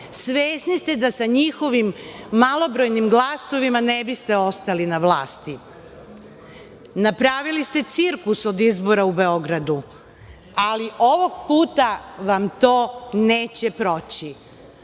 svesni ste da sa njihovim malobrojnim glasovima ne biste ostali na vlasti. Napravili ste cirkus od izbora u Beogradu, ali ovog puta vam to neće